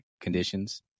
conditions